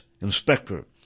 inspector